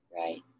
right